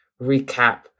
recap